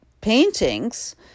paintings